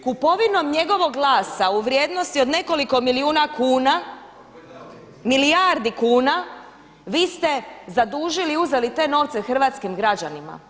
Kupovinom njegovog glasa u vrijednosti od nekoliko milijuna kuna, milijardi kuna vi ste zadužili i uzeli te novce hrvatskim građanima.